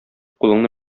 кулыңны